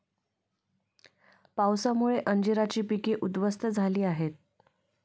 पावसामुळे अंजीराची पिके उध्वस्त झाली आहेत